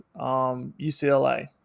UCLA